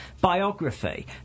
biography